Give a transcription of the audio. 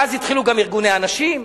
ואז התחילו גם ארגוני הנשים.